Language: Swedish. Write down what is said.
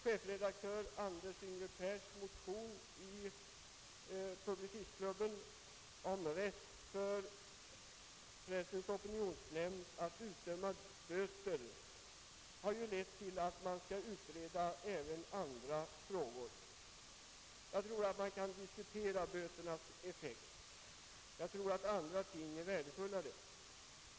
Chefredaktör Anders Yngve Pers” motion i Publicistklubben om rätt för Pressens opinionsnämnd att utdöma böter har ju lett till att man skall utreda även andra frågor. Jag tror böternas effekt kan diskuteras; det finns annat som är värdefullare.